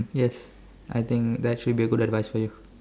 yes I think that should be a good advice for you